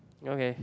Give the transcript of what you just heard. okay